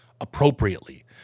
appropriately